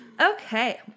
Okay